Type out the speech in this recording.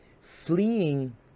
Fleeing